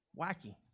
wacky